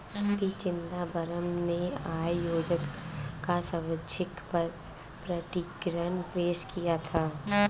P Chidambaram ने आय योजना का स्वैच्छिक प्रकटीकरण पेश किया था